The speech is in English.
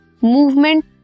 movement